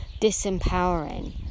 disempowering